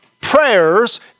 prayers